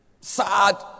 sad